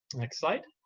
next slide.